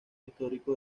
histórico